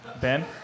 Ben